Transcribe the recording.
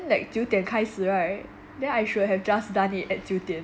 then like 九点开始 [right] then I should have just done it at activity